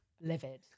Livid